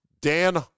Dan